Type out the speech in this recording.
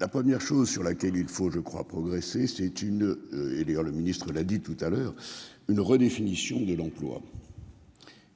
La première chose sur laquelle il faut je crois progressé c'est une. Et d'ailleurs le ministre l'a dit tout à l'heure une redéfinition de l'emploi.